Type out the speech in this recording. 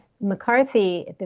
McCarthy